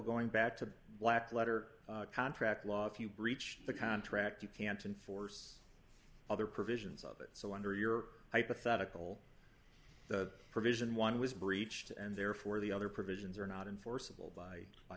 going back to black letter contract law if you breach the contract you can't enforce other provisions of it so under your hypothetical the provision one was breached and therefore the other provisions are not enforceable by by